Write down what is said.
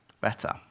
better